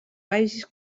baix